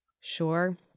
Sure